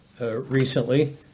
recently